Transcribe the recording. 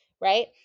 right